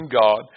God